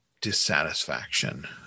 dissatisfaction